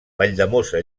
valldemossa